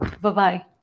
Bye-bye